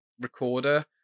recorder